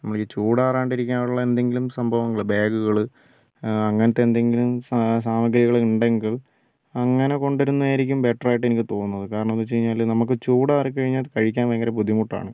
നമ്മൾ ഈ ചുടാറാണ്ട് നില്ക്കാനുള്ള എന്തെങ്കിലും സംഭവങ്ങൾ ബാഗുകള് അങ്ങനത്തെ എന്തെങ്കിലും സ സാമഗ്രികള് ഉണ്ടെങ്കിൽ അങ്ങനെ കൊണ്ട് വരുന്നതായിരിക്കും ബെറ്റര് ആയിട്ട് എനിക്ക് തോന്നുന്നത് കാരണം എന്ന് വെച്ചുകഴിഞ്ഞാല് ചുടാറി കഴിഞ്ഞാല് കഴിക്കാന് ഭയങ്കര ബുദ്ധിമുട്ടാണ്